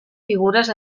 figures